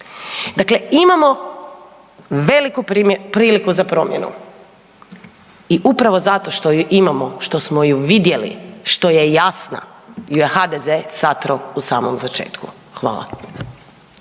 Dakle, imamo veliku priliku za promjenu i upravo zato što ju imamo, što smo ju vidjeli, što je jasna, ju je HDZ satrao u samom začetku. Hvala.